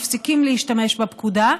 מפסיקים להשתמש בפקודה.